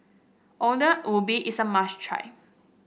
ubi is a must try